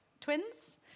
twins